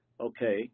okay